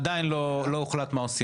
עדיין לא הוחלט מה עושים,